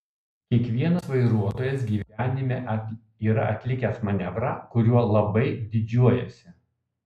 kiekvienas vairuotojas gyvenime yra atlikęs manevrą kuriuo labai didžiuojasi